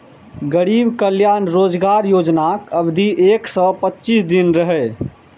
गरीब कल्याण रोजगार योजनाक अवधि एक सय पच्चीस दिन रहै